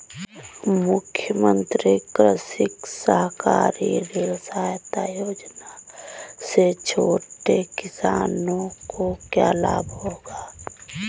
मुख्यमंत्री कृषक सहकारी ऋण सहायता योजना से छोटे किसानों को क्या लाभ होगा?